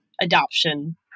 adoption